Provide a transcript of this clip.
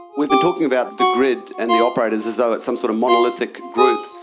we've been talking about the grid and the operators as though it's some sort of monolithic group,